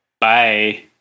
Bye